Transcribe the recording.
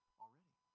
already